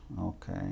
okay